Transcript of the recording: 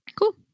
Cool